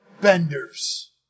benders